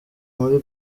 muri